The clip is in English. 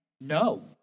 No